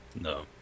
No